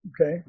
Okay